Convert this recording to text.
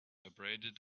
abraded